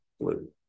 blue